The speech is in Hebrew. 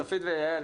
צופית ויעל,